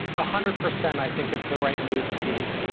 ah hundred percent i think it's the right move, steve.